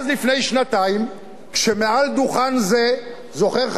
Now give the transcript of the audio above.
מעל דוכן זה, זוכר, חברי חבר הכנסת איתן כבל?